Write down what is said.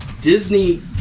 Disney